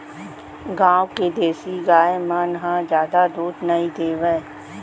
गॉँव के देसी गाय मन ह जादा दूद नइ देवय